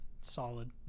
Solid